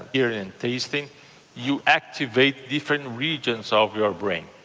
hearing and tasting, you activate different regions ah of your brain.